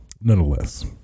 nonetheless